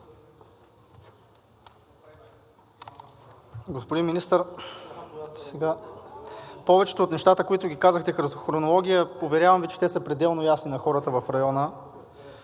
Господин Министър, повечето от нещата, които ги казахте като хронология, уверявам Ви, че те са пределно ясни на хората в района.